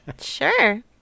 sure